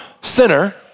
sinner